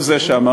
הוא זה שאמר,